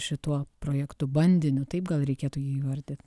šituo projektu bandiniu taip gal reikėtų jį įvardyt